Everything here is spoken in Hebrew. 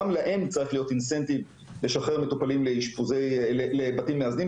גם להם צריך להיות incentive לשחרר מטופלים לבתים מאזנים.